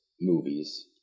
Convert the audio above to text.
movies